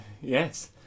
yes